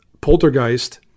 Poltergeist